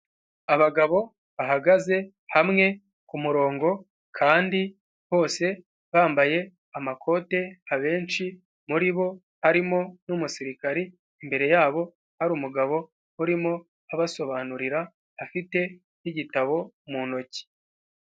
Abagabo bahagaze hamwe ku murongo, kandi bose bambaye amakote, abenshi muri bo harimo n'umusirikare, imbere yabo hari umugabo, urimo abasobanurira afite igitabo mu ntoki.